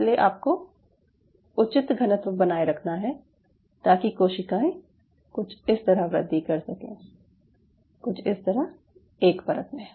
इसलिए आपको उचित घनत्व बनाये रखना है ताकि कोशिकाएं कुछ इस तरह वृद्धि कर सकें कुछ इस तरह एक परत में